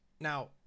Now